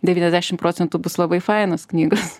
devyniasdešim procentų bus labai fainos knygos